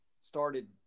started